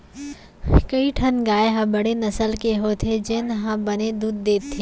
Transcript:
कई ठन गाय ह बड़े नसल के होथे जेन ह बने दूद देथे